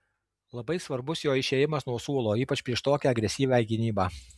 labai svarbus jo išėjimas nuo suolo ypač prieš tokią agresyvią gynybą